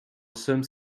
sommes